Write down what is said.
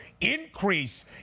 increase